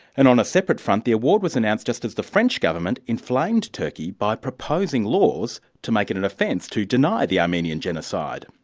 and on a separate front, the award was announced just as the french government inflamed turkey by proposing laws to make it an offence to deny the armenian genocide.